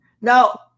now